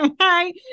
Hi